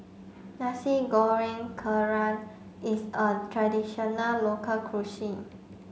Nasi Goreng Kerang is a traditional local cuisine